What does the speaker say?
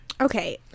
Okay